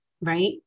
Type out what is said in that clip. right